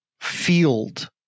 field